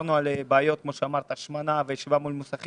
דיברנו על בעיות של השמנה וישיבה מול מסכים,